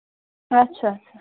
اَچھا اَچھا